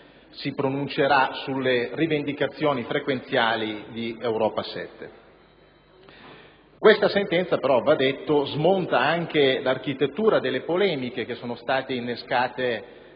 si pronuncerà sulle rivendicazioni frequenziali di Europa 7. Questa sentenza, però, smonta l'architettura delle polemiche che sono state innescate